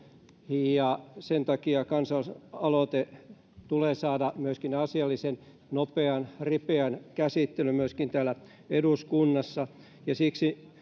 ja sen takia kansalaisaloite tulee saada myöskin asialliseen nopeaan ripeään käsittelyyn myöskin täällä eduskunnassa siksi